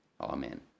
Amen